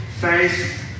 faith